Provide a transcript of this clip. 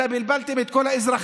אלא בלבלתם את כל האזרחים.